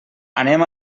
anem